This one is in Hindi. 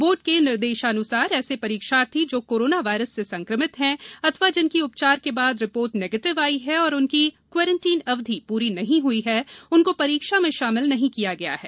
बोर्ड के निर्देशानुसार ऐसे परीक्षार्थी जो कोरोना वायरस से संकमित हैं अथवा जिनकी उपचार के बाद रिपोर्ट नेगेटिव आई है और उनकी क्वारंटीन अवधि पूरी नहीं हुई है उनको परीक्षा में शामिल नहीं किया गया है